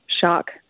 shock